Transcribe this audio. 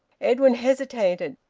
edwin hesitated.